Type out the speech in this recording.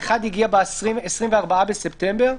האחד הגיע ב-24 בספטמבר,